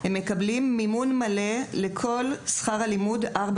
הם מקבלי מימון מלא של שכר הלימוד למשך ארבע